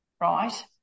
right